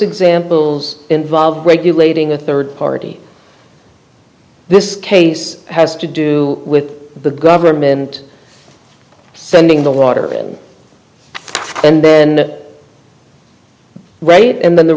examples involve regulating a third party this case has to do with the government sending the water and then wait and then the